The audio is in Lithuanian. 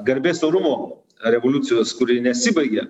garbės orumo revoliucijos kuri nesibaigia